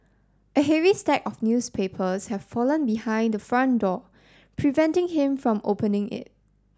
a heavy stack of newspapers have fallen behind the front door preventing him from opening it